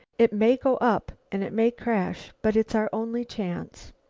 it may go up. and it may crash. but it's our only chance.